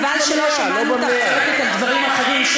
חבל שלא שמענו אותך צועקת על דברים אחרים,